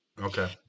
Okay